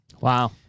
Wow